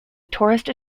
tourist